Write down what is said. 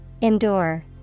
Endure